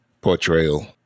portrayal